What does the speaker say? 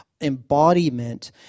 Embodiment